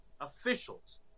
officials